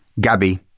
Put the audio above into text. Gabby